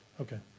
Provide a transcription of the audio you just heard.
Okay